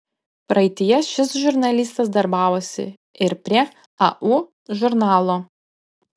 praeityje šis žurnalistas darbavosi ir prie au žurnalo